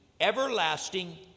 everlasting